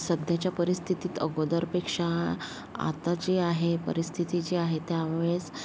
सध्याच्या परिस्थितीत अगोदरपेक्षा आत्ता जी आहे परिस्थिति जी आहे त्यावेळेस